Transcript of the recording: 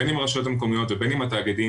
בין עם הרשויות המקומיות ובין עם התאגידים